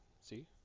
See